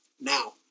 now